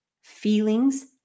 feelings